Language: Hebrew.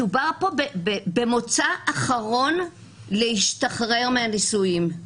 מדובר פה במוצא אחרון להשתחרר מהנישואין.